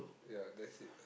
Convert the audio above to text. yeah that's it